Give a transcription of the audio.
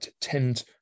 tend